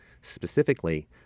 specifically